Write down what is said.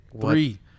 Three